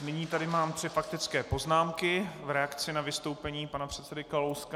Nyní tady mám tři faktické poznámky v reakci na vystoupení pana předsedy Kalouska.